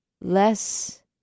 less